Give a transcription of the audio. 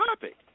topic